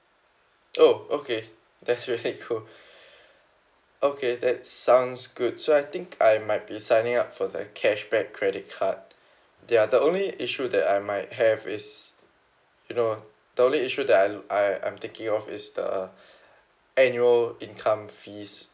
oh okay that's really cool okay that sounds good so I think I might be signing up for that cashback credit card there are the only issue that I might have is you know the only issue that I I I'm thinking of is the annual income fees